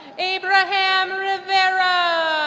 abraham rivera